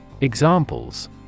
Examples